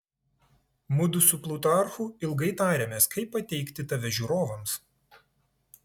mudu su plutarchu ilgai tarėmės kaip pateikti tave žiūrovams